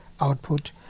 output